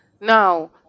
Now